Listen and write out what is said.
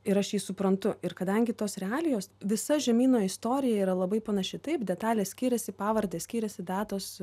ir aš jį suprantu ir kadangi tos realijos visa žemyno istorija yra labai panaši taip detalės skiriasi pavardės skiriasi datos